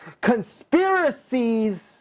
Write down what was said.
Conspiracies